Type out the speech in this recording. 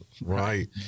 Right